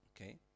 Okay